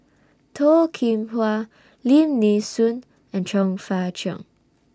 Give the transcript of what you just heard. Toh Kim Hwa Lim Nee Soon and Chong Fah Cheong